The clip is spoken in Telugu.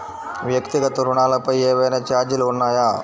వ్యక్తిగత ఋణాలపై ఏవైనా ఛార్జీలు ఉన్నాయా?